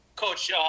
Coach